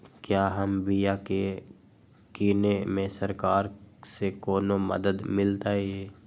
क्या हम बिया की किने में सरकार से कोनो मदद मिलतई?